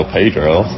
Pedro